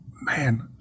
man